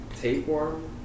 tapeworm